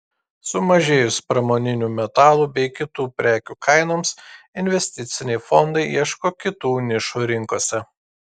sumažėjus pramoninių metalų bei kitų prekių kainoms investiciniai fondai ieško kitų nišų rinkose